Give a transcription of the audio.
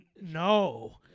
No